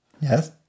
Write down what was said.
Yes